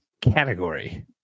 category